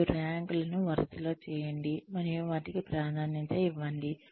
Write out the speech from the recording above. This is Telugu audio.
మరియు ర్యాంక్ లను వరసలో చేయండి మరియు వాటీకి ప్రాధాన్యత ఇవ్వండి